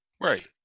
Right